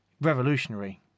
revolutionary